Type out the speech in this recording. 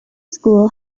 school